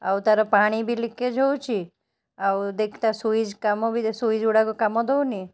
ଆଉ ତା'ର ପାଣି ବି ଲିକେଜ୍ ହେଉଛି ଆଉ ତା ସୁଇଚ୍ କାମ ବି ସୁଇଚ୍ ଗୁଡ଼ାକ କାମ ଦେଉନି